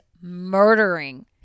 murdering